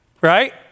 right